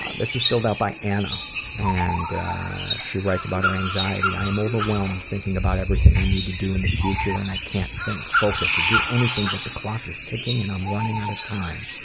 ah this is filled out by anna and she writes about her anxiety, i'm overwhelmed thinking about everything i need to do in the future and i can't think or focus or do anything but the clock is ticking and i'm running out of time.